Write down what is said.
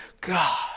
God